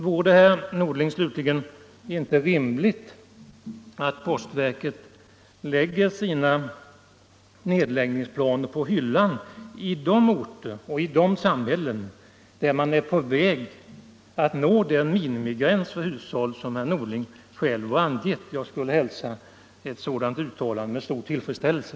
Vore det inte, herr Norling, rimligt att postverket lägger sina nedläggningsplaner på hyllan i alla de orter och samhällen där man är på väg att nå det minimiantal hushåll som herr Norling själv har angett? Jag skulle hälsa ett sådant uttalande med stor tillfredsställelse.